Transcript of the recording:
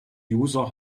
user